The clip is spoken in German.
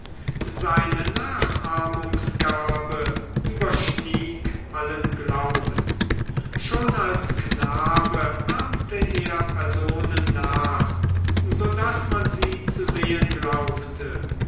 seine nachahmungsgabe überstieg allen glauben schon als knabe ahmte er personen nach so daß man sie zu sehen glaubte